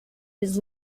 his